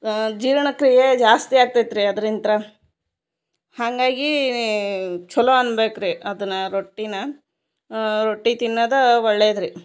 ಆ ಜೀರ್ಣ ಕ್ರೀಯೆ ಜಾಸ್ತಿ ಆಗ್ತೈತಿ ರೀ ಅದರಿಂತ್ರ ಹಂಗಾಗಿ ಚಲೊ ಅನ್ಬೇಕು ರೀ ಅದನಾ ರೊಟ್ಟಿನ ರೊಟ್ಟಿ ತಿನ್ನದಾ ಒಳ್ಳೆಯದ್ ರೀ